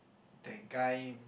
that guy